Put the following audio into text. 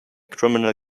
criminal